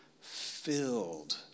filled